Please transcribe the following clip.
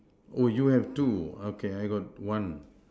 oh you have two okay I got one